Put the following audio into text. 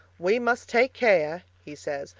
we must take care, he says,